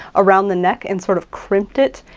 around the neck and sort of crimped it,